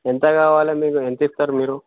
ఎంత కావాలి మీకు ఎంత ఇస్తారు మీరు